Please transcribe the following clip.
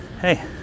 hey